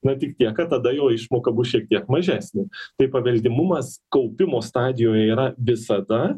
na tik tiek kad tada jo išmoka bus šiek tiek mažesnė tai paveldimumas kaupimo stadijoje yra visada